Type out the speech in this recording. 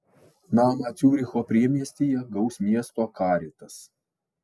namą ciuricho priemiestyje gaus miesto caritas